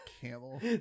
camel